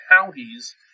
counties